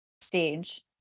stage